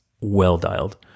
well-dialed